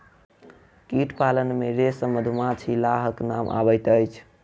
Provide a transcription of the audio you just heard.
कीट पालन मे रेशम, मधुमाछी, लाहक नाम अबैत अछि